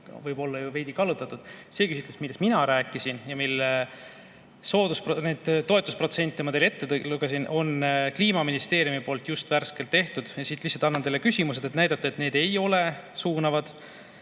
võib olla ju veidi kallutatud. See küsitlus, millest mina rääkisin ja mille toetusprotsente ma teile ette lugesin, on Kliimaministeeriumi poolt just värskelt tehtud. Siit lihtsalt [nimetan] teile küsimused, et näidata, et need ei ole suunavad.